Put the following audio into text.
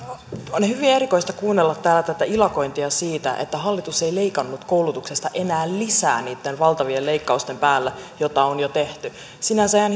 on hyvin erikoista kuunnella täällä tätä ilakointia siitä että hallitus ei leikannut koulutuksesta enää lisää niitten valtavien leikkausten päälle joita on jo tehty sinänsä ihan